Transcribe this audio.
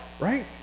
Right